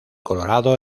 colorado